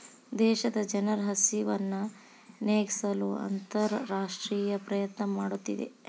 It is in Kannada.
ದೇಶದ ಜನರ ಹಸಿವನ್ನು ನೇಗಿಸಲು ಅಂತರರಾಷ್ಟ್ರೇಯ ಪ್ರಯತ್ನ ಮಾಡುತ್ತಿದೆ